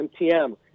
MTM